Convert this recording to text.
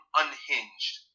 unhinged